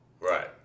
Right